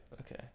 okay